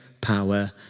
power